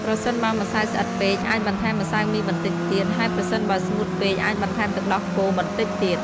ប្រសិនបើម្សៅស្អិតពេក អាចបន្ថែមម្សៅមីបន្តិចទៀត ហើយប្រសិនបើស្ងួតពេក អាចបន្ថែមទឹកដោះគោបន្តិចទៀត។